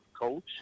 coach